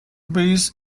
biz